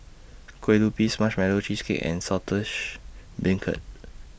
Kue Lupis Marshmallow Cheesecake and Saltish Beancurd